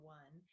one